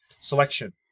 selection